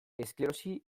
esklerosi